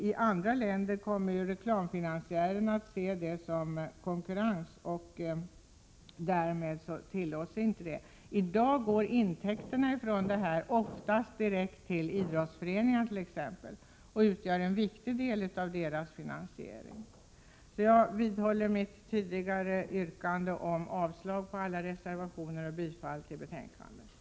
I andra länder ser reklamfinansiärerna detta som en konkurrens, och därmed tillåts inte sådan reklam. I dag går dessa reklamintäkter oftast direkt till idrottsföreningar o.d. och utgör en viktig del av deras finansiering. Jag vidhåller mitt tidigare yrkande om avslag på samtliga reservationer och bifall till utskottets hemställan.